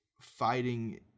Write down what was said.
fighting